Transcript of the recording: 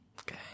Okay